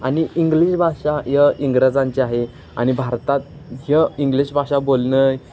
आणि इंग्लिश भाषा य इंग्रजांचे आहे आणि भारतात ह इंग्लिश भाषा बोलणं आहे